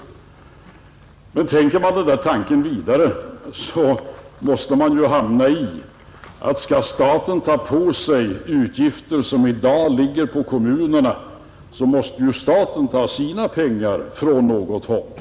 Tänker man denna tanke vidare, kommer man emellertid gärna till uppfattningen att om staten skall ta på sig utgifter som i dag ligger på kommunerna, måste staten ta dessa pengar från något håll.